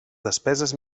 despeses